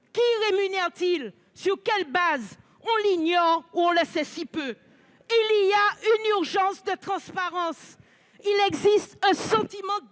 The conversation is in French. Qui rémunèrent-ils, et sur quelle base ? On l'ignore, ou on en sait si peu ! Il y a une urgence de transparence. Il existe un sentiment